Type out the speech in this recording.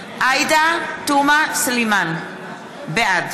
סלימאן, בעד